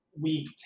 week